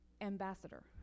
ambassador